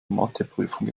matheprüfung